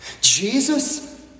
Jesus